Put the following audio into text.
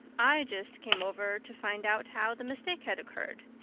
i just came over to find out how the mistake had occurred.